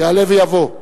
יעלה ויבוא.